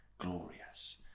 glorious